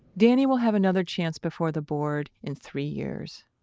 danny will have another chance before the board in three years.